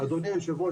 אדוני היו"ר,